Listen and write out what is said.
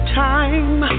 time